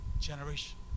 Generation